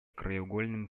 краеугольным